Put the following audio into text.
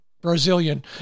Brazilian